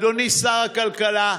אדוני שר הכלכלה,